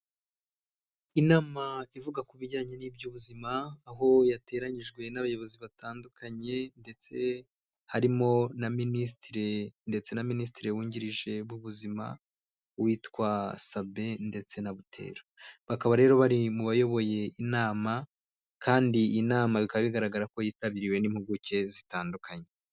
Inama ivuga ku bijyanye n'iby'ubuzima aho yateranyijwe n'abayobozi batandukanye ndetse harimo na minisitire ndetse na minisitiri wungirije b'ubuzima witwa sabin ndetse na butera, bakaba rero bari mu bayoboye inama kandi iyi nama bikaba bigaragara ko yitabiriwe n'impuguke zitandukanye.